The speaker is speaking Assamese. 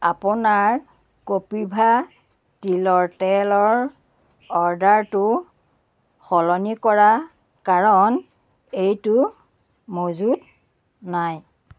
আপোনাৰ কপিভা তিলৰ তেলৰ অৰ্ডাৰটো সলনি কৰা কাৰণ এইটো মজুত নাই